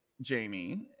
Jamie